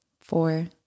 Four